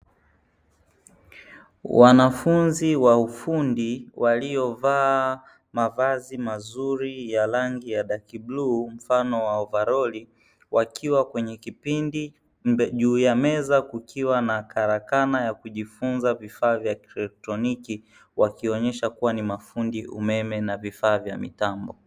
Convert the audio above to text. Wanafunzi wa ufundi waliovaa mavazi mazuri ya rangi ya daki bluu mfano wa ovaroli, wakiwa kwenye kipindi juu ya meza kukiwa na karakana ya kujifunza vifaa vya kieletroniki, wakionyesha kuwa ni mafundi umeme na vifaa vya mitambo.